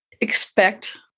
expect